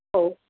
हो